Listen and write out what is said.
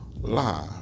live